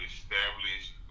established